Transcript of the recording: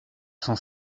s’en